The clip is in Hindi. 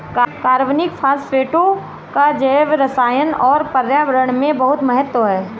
कार्बनिक फास्फेटों का जैवरसायन और पर्यावरण में बहुत महत्व है